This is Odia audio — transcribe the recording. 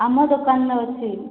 ଆମ ଦୋକାନ୍ନେ ଅଛେ